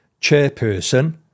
chairperson